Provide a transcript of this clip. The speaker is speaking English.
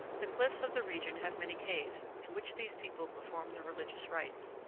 the cliffs of the region have many caves, in which these people perform their religious rites.